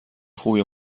خوبیه